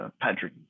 Patrick